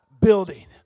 Building